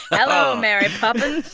hello, mary poppins